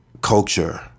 culture